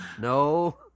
No